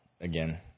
again